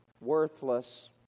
worthless